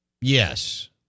Yes